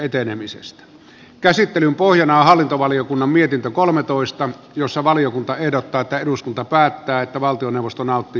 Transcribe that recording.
käsittelyn pohjana on hallintovaliokunnan mietintö jossa valiokunta ehdottaa että eduskunta päättää että valtioneuvosto nauttii eduskunnan luottamusta